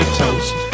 toast